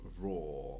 raw